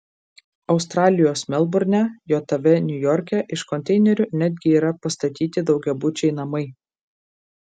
australijos melburne jav niujorke iš konteinerių netgi yra pastatyti daugiabučiai namai